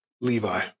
Levi